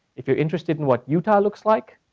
if you're interested in what utah looks like,